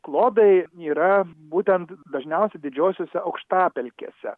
klodai yra būtent dažniausiai didžiosiose aukštapelkėse